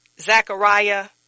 Zechariah